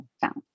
found